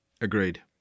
Agreed